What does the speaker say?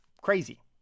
Crazy